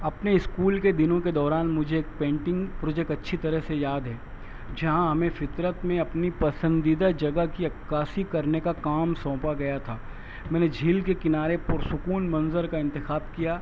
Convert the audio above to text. اپنے اسکول کے دنوں کے دوران مجھے ایک پینٹنگ پروجکٹ اچھی طرح سے یاد ہے جہاں ہمیں فطرت میں اپنی پسندیدہ جگہ کی عکاسی کرنے کا کام سونپا گیا تھا میں نے جھیل کے کنارے پرسکون منظر کا انتخاب کیا